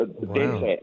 Wow